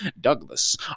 douglas